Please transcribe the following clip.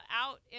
out